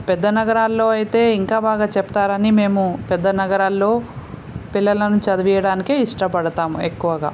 పెద్ద నగరాలలో అయితే ఇంకా బాగా చెప్తారని మేము పెద్ద నగరాలలో పిల్లలను చదివించడానికి ఇష్టపడతాము ఎక్కువగా